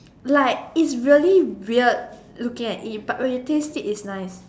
like it's really weird looking at it but when you taste it it's nice